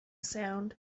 sound